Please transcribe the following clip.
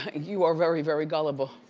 ah you are very, very gullible.